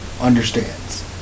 understands